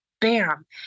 bam